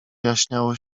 jaśniało